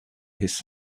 his